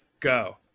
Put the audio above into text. go